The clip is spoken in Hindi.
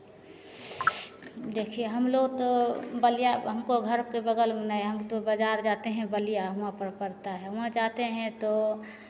देखिये हमलोग तो बलिया हमको घर के बगल में नहीं है हम तो बाज़ार जाते हैं बलिया हुआं पर पड़ता है हुआं जाते हैं तो